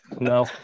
No